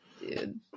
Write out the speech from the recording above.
Dude